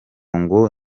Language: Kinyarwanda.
ngo